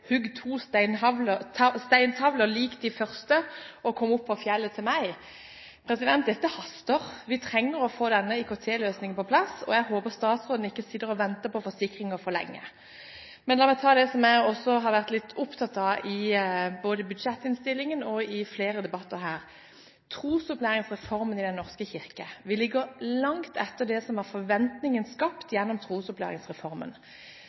«Hugg to steintavler, lik de første, og kom opp på fjellet til meg.» Dette haster. Vi trenger å få denne IKT-løsningen på plass, og jeg håper statsråden ikke sitter og venter på forsikringer for lenge. La meg ta det jeg også har vært litt opptatt av både i budsjettinnstillingen og i flere debatter her: trosopplæringsreformen i Den norske kirke. Vi ligger langt etter det som var forventningen skapt gjennom trosopplæringsreformen. Ser statsråden at det er stor skuffelse og mismot i alle de menighetene som ikke har